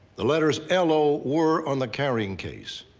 the letters lo were on the carrying case.